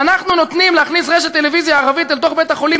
ואנחנו נותנים להכניס רשת טלוויזיה ערבית אל תוך בית-החולים,